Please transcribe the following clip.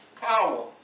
power